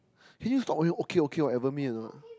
can you stop only okay okay whatever me a not